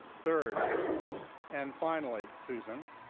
third and finally, susan,